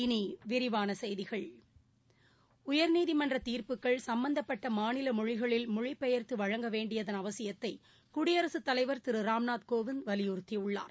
இனிவிரிவானசெய்திகள் உயர்நீதிமன்றதீர்ப்புகள் சும்பந்தப்பட்டமாநிலமொழிகளில் மொழிப்பெயர்த்துவழங்க வேண்டியதன் அவசியத்தைகுடியரசுத் தலைவர் திருராம்நாத் கோவிநத் வலியுறுத்தியுள்ளார்